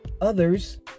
others